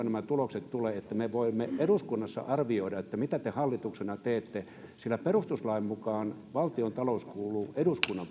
nämä tulokset tulevat niin että me voimme eduskunnassa arvioida mitä te hallituksena teette sillä perustuslain mukaan valtiontalous kuuluu eduskunnan